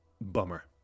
bummer